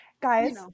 guys